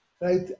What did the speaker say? right